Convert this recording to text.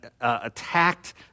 attacked